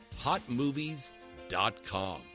hotmovies.com